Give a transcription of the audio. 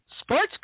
sports